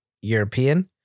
European